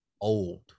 old